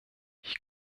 ich